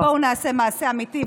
אז בואו נעשה מעשה אמיתי,